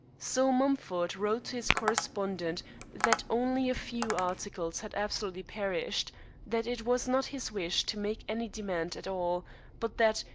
so mumford wrote to his correspondent that only a few articles had absolutely perished that it was not his wish to make any demand at all but that,